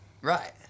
Right